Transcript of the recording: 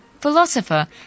philosopher